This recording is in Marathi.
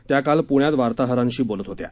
त्या काल पुण्यात वार्ताहरांशी बोलत होत्या